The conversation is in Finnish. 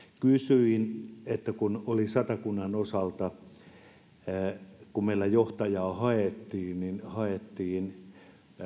kysyin että kun satakunnan osalta meillä haettiin johtajaa niin sitä haettiin